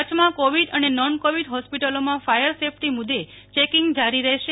કચ્છમાં કોવિડ અને non Covid હોસ્પિટલોમાં ફાયર સેફ્ટી મુ દે ચેકીંગ જારી રહેશે